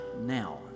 now